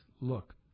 Look